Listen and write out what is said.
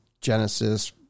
Genesis